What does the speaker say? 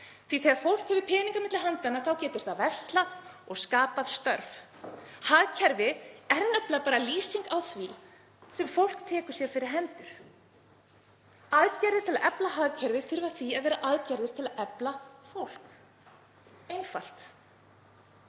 að þegar fólk hefur peninga milli handanna þá getur það verslað og skapað störf. Hagkerfi er nefnilega aðeins lýsing á því sem fólk tekur sér fyrir hendur. Aðgerðir til að efla hagkerfi þurfa því að vera aðgerðir til að efla fólk. Einfalt.